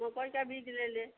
मकोई का बीज ले लें